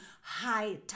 high